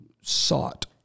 sought